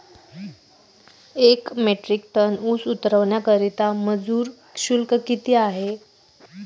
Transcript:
एक metric ton ऊस उतरवण्याकरता मजूर शुल्क किती आहे?